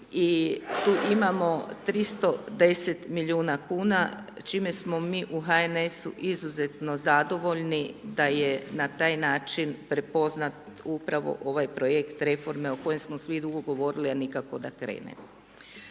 tu imamo 310 milijuna kn, čime smo mi u HNS-u izuzetno zadovoljni da je na taj način, prepoznat upravo ovaj projekt reforme o kojem smo svi dugo govorili a nikako da krenemo.